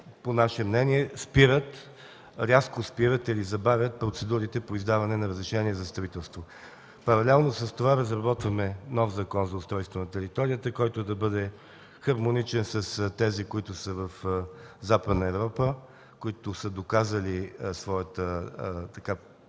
по наше мнение рязко спират или забавят процедурите по издаването на разрешение за строителство. Паралелно с това разработване нов Закон за устройство на територията, който да бъде хармоничен с тези в Западна Европа, доказали своята